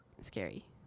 scary